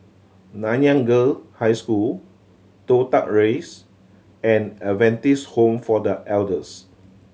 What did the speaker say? Nanyang Girl High School Toh Tuck Rise and Adventist Home for The Elders